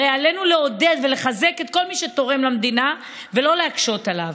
הרי עלינו לעודד ולחזק את כל מי שתורם למדינה ולא להקשות עליו.